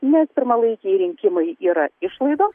nes pirmalaikiai rinkimai yra išlaidos